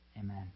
Amen